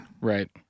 Right